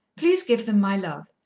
please give them my love.